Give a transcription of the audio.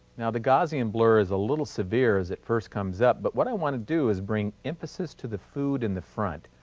now, the gaussian blur is a little severe as it first comes up but what i want to do is bring emphasis to the food in the front.